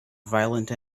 violent